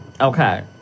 Okay